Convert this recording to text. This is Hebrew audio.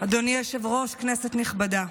אדוני היושב-ראש, כנסת נכבדה,